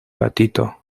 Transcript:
patito